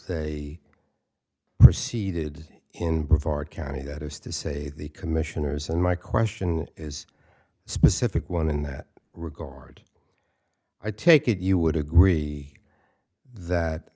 they proceeded in bridgeport county that is to say the commissioners and my question is a specific one in that regard i take it you would agree that